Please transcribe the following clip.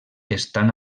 estan